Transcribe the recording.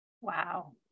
Wow